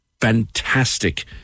fantastic